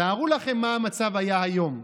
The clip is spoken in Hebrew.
תארו לכם מה המצב היה היום.